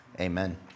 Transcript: Amen